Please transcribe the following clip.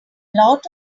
lot